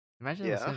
Imagine